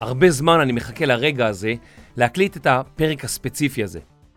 הרבה זמן אני מחכה לרגע הזה להקליט את הפרק הספציפי הזה.